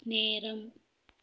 நேரம்